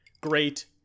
great